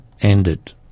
ended